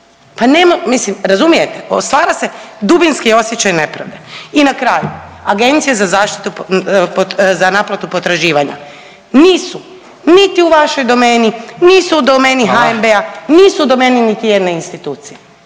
pa ne, mislim razumijete stvara se dubinski osjećaj nepravde. I na kraju agencije za zaštitu, za naplatu potraživanja nisu niti u vašoj domeni, nisu u domeni HNB-a …/Upadica: Hvala./… nisu u domeni niti jedne institucije,